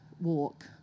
walk